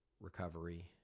recovery